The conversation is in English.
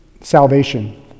salvation